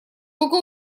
только